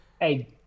Hey